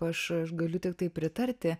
aš aš galiu tiktai pritarti